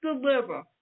deliver